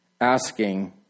asking